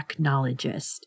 technologist